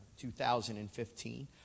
2015